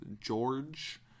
George